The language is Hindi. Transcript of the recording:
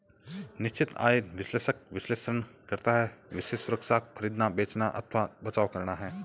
निश्चित आय विश्लेषक विश्लेषण करता है विशेष सुरक्षा को खरीदना, बेचना अथवा बचाव करना है